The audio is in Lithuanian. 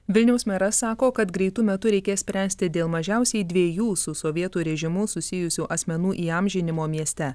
vilniaus meras sako kad greitu metu reikės spręsti dėl mažiausiai dviejų su sovietų režimu susijusių asmenų įamžinimo mieste